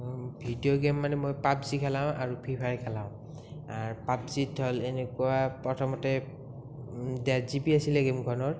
video game মানে মই PUBG খেলাওঁ আৰু ফ্ৰি ফায়াৰ খেলাওঁ পাব্জীত হ'ল এনেকুৱা প্ৰথমতে ডেৰ জি বি আছিলে গেমখনৰ